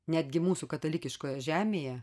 netgi mūsų katalikiškoje žemėje